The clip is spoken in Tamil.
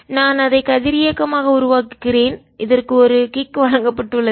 நான் அதை கதிரியக்கமாக உருவாக்குகிறேன் இதற்கு ஒரு கிக் வழங்கப்பட்டுள்ளது